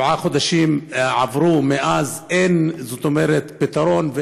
שבעה חודשים עברו מאז, ואין פתרון,